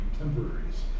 contemporaries